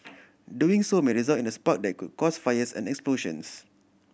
doing so may result in a spark that could cause fires and explosions